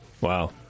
Wow